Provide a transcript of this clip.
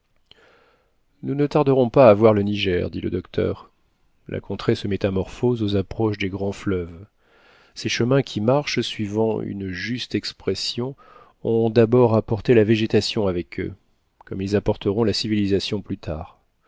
nous ne tarderons pas à voir le niger dit le docteur la contrée se métamorphose aux approches des grands fleuves ces chemins qui marchent suivant une juste expression ont d'abord apporté la végétation avec eux comme ils apporteront la civilisation plus tard